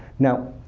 now,